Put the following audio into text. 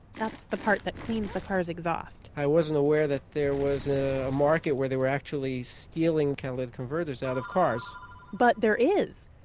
that's the part that cleans the car's exhaust i wasn't aware that there was a market where they were actually stealing catalytic converters out of cars but there is.